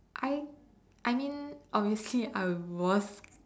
I I mean obviously I was